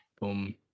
Boom